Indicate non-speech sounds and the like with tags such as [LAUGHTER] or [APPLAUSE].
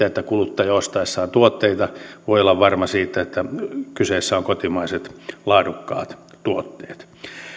[UNINTELLIGIBLE] että kuluttaja ostaessaan tuotteita voi olla varma siitä että kyseessä ovat kotimaiset laadukkaat tuotteet